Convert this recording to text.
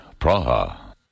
Praha